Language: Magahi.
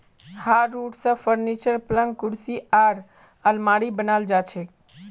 हार्डवुड स फर्नीचर, पलंग कुर्सी आर आलमारी बनाल जा छेक